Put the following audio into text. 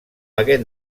aquest